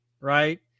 Right